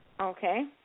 Okay